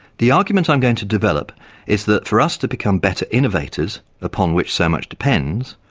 the argument i'm going to develop is that for us to become better innovators, upon which so much depends,